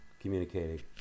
communicating